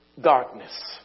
darkness